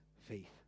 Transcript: faith